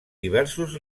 diversos